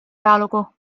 ajalugu